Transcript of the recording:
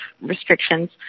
restrictions